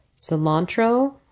cilantro